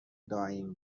داییم